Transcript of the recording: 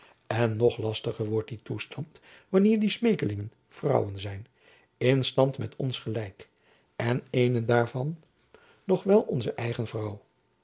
en nog lastiger wordt die toestand wanneer die smeekelingen vrouwen zijn in stand met ons gelijk en eene daarvan nog wel onze eigen vrouw